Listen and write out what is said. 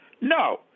no